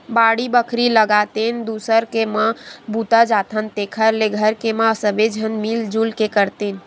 बाड़ी बखरी लगातेन, दूसर के म बूता जाथन तेखर ले घर के म सबे झन मिल जुल के करतेन